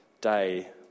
day